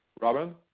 Robin